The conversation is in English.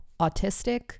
autistic